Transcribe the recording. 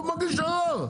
הוא מגיש ערר.